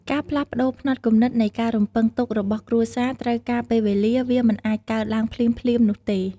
ការផ្លាស់ប្តូរផ្នត់គំនិតនៃការរំពឹងទុករបស់គ្រួសារត្រូវការ ពេលវេលា វាមិនអាចកើតឡើងភ្លាមៗនោះទេ។